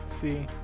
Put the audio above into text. See